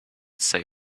say